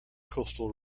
coastal